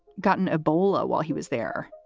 gotten ebola while he was there.